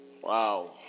Wow